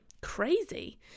crazy